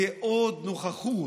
זו עוד נוכחות.